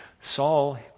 Saul